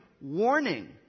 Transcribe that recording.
warning